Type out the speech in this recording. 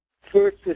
first